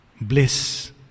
bliss